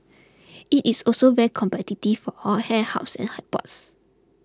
it is also very competitive for all hair hubs and airports